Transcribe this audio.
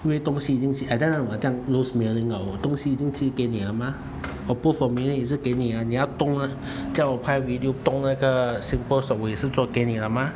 因为东西已经寄好像我这样 lose mailing 我东西已经寄给你了吗我不 familiar 也是给你啊你要动他要我拍 video 动那个 SingPost 我也是做给你了吗